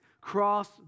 Cross